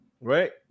right